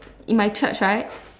in my church right